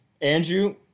Andrew